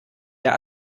der